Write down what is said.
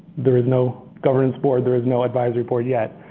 there is no governance board. there is no advisory board yet.